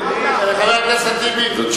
הבנת.